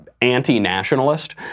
anti-nationalist